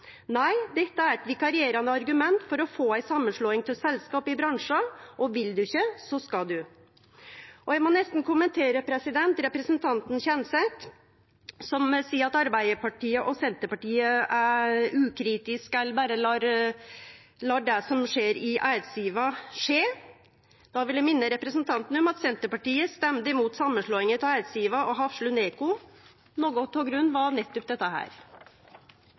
Nei, dette er eit vikarierande argument for å få ei samanslåing av selskap i bransjen, og vil ein ikkje, så skal ein. Eg må nesten kommentere at representanten Kjenseth seier at Arbeidarpartiet og Senterpartiet er ukritiske eller berre lar det som skjer i Eidsiva, skje. Då vil eg minne representanten om at Senterpartiet stemde imot samanslåinga av Eidsiva og Hafslund E-CO. Noko av grunnen var nettopp dette.